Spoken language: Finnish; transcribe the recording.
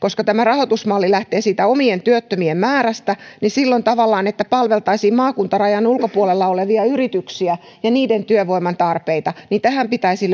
koska tämä rahoitusmalli lähtee omien työttömien määrästä niin silloin tavallaan siihen että palveltaisiin maakuntarajan ulkopuolella olevia yrityksiä ja niiden työvoiman tarpeita pitäisi